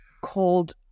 called